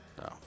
No